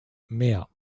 mehr